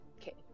Okay